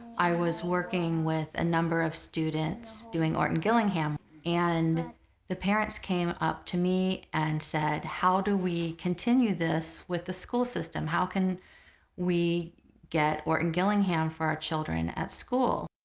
i was working with a number of students doing orton-gillingham and the parents came up to me and said how do we continue this with the school system, how can we get orton-gillingham for our children at school?